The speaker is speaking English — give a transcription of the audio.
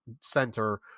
center